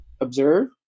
observe